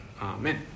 Amen